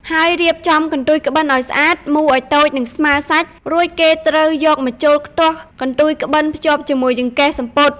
ហើយរៀបចំកន្ទុយក្បិនឲ្យស្អាតមូរឲ្យតូចនិងស្មើរសាច់រួចគេត្រូវយកម្ជុលខ្ទាស់កន្ទុយក្បិនភ្ជាប់ជាមួយចង្កេះសំពត់។